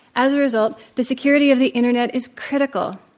as a result, the security of the internet is critical.